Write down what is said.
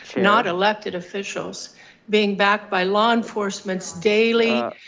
not elected officials being backed by law enforcement's daily.